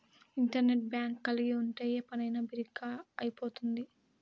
internet bank కలిగి ఉంటే ఏ పనైనా బిరిగ్గా అయిపోతుంది